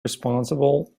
responsible